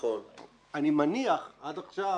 אני מניח שעד עכשיו